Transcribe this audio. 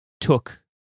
took